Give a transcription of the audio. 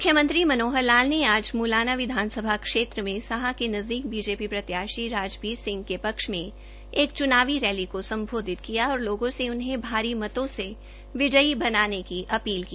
मुख्यमंत्री मनोहर लाल ने आज मुलाना विधानसभा क्षेत्र में साहा के नजदीक बीजेपी प्रत्याशी राजबीर सिंह के पक्ष में एक चुनावी रैली को सम्बोधित किया और लोगों से उन्हे भारी मतों से विजयी कराने की अपील की